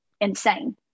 insane